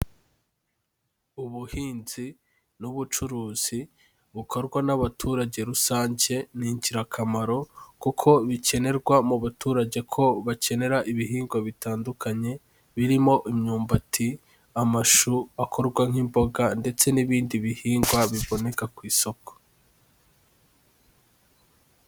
Ubuhinzi n'ubucuruzi bukorwa n'abaturage rusange ni ingirakamaro kuko bikenerwa mu baturage ko bakenera ibihingwa bitandukanye, birimo imyumbati, amashu akorwa nk'imboga ndetse n'ibindi bihingwa biboneka ku isoko.